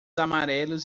amarelos